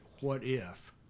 what-if